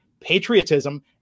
patriotism